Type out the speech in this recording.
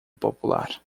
popular